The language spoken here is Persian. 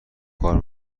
کار